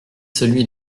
celui